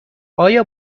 آیا